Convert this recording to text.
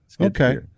Okay